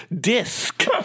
disc